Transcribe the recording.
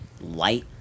light